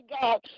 God